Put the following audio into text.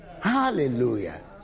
Hallelujah